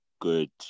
Good